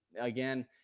again